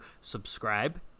subscribe